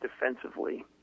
defensively